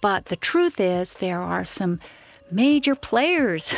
but the truth is, there are some major players